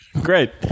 Great